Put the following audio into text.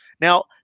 Now